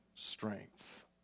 strength